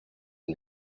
and